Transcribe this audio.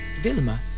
Vilma